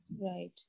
Right